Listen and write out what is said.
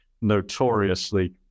notoriously